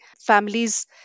families